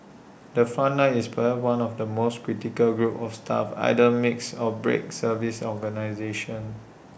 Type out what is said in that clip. the front line is perhaps one of the most critical groups of staff either makes or breaks service organisations